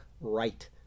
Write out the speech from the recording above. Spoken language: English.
right